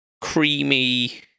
creamy